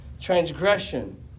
transgression